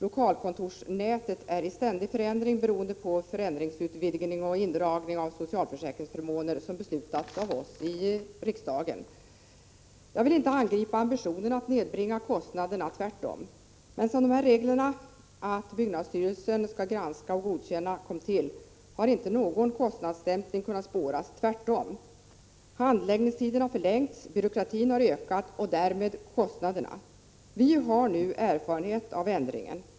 Lokalkontorsnätet är i ständig förändring beroende på utvidgning och indragning av socialförsäkringsförmåner som beslutats av oss i riksdagen. Jag vill inte angripa ambitionen att nedbringa kostnaderna. Men sedan reglerna att byggnadsstyrelsen skall granska och godkänna kom till har inte någon kostnadsdämpning kunnat spåras. Tvärtom. Handläggningstiden har förlängts, byråkratin har ökat och därmed kostnaderna. Vi har nu erfarenhet av ändringen.